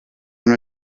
una